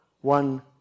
one